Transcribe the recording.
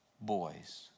boys